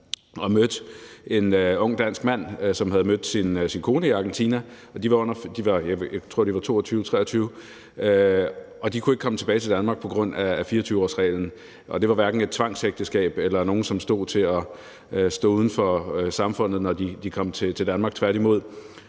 der mødte jeg en ung dansk mand, som havde mødt sin kone i Argentina. Jeg tror, at de var 22-23 år, og de kunne ikke komme tilbage til Danmark på grund af 24-årsreglen. Det var hverken et tvangsægteskab eller nogen, som stod til at stå uden for samfundet, når de kom til Danmark – tværtimod.